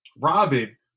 Robin